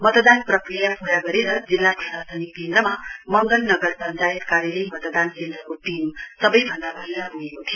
मतदान प्रक्रिया पूरा गरेर जिल्ला प्रशासनिक केन्द्रमा मंगन नगर पश्वायत कार्यालय मतदान केन्द्रको टीम सवैभन्दा पहिला पुगेको थियो